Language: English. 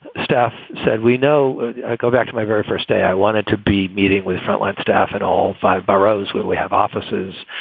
staff said we no go back to my very first day. i wanted to be meeting with frontline staff at all five boroughs where we have offices.